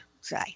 say